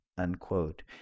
unquote